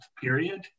period